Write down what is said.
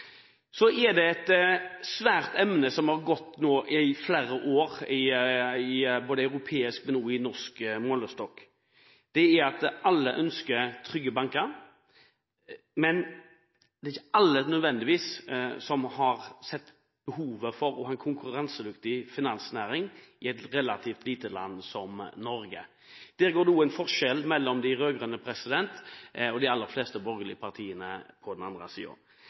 Så er det et svært emne som har vært oppe nå i flere år, i både europeisk og norsk målestokk. Det er at alle ønsker trygge banker, men det er ikke nødvendigvis alle som har sett behovet for å ha en konkurransedyktig finansnæring i et relativt lite land som Norge. Der går det også en forskjell mellom de rød-grønne på den ene siden og de aller fleste borgerlige partiene på den andre